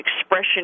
expression